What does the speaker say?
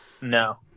No